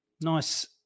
Nice